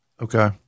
Okay